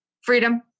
Freedom